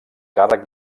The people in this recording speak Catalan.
càrrec